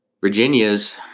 Virginia's